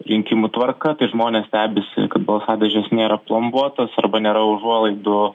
rinkimų tvarka tai žmonės stebisi kad balsadėžės nėra plombuotos arba nėra užuolaidų